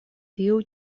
tiu